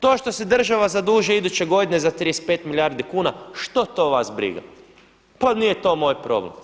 To što se država zadužuje iduće godine za 35 milijardi kuna što to vas briga, pa nije to moj problem.